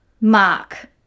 mark